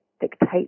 dictate